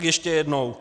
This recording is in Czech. Ještě jednou.